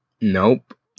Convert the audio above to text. Nope